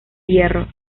hierro